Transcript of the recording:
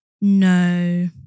No